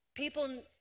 People